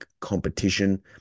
competition